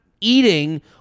eating